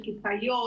של כיתה י',